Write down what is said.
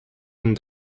and